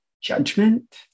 judgment